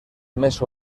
més